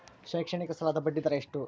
ಶೈಕ್ಷಣಿಕ ಸಾಲದ ಬಡ್ಡಿ ದರ ಎಷ್ಟು ಐತ್ರಿ?